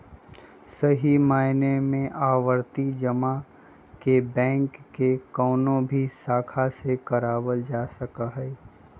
सही मायने में आवर्ती जमा के बैंक के कौनो भी शाखा से करावल जा सका हई